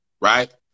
right